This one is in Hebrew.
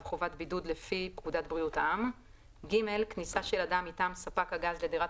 חובת בידוד לפי פקודת בריאות העם; (ג)כניסה של אדם מטעם ספק הגז לדירת